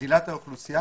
גדילת האוכלוסייה.